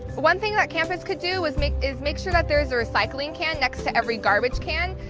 one thing that campus could do is make is make sure that there is a recycling can next to every garbage can,